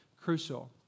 crucial